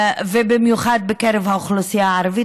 ובמיוחד בקרב האוכלוסייה הערבית.